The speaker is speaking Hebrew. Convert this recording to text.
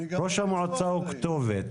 ראש המועצה הוא כתובת.